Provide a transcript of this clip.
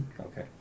Okay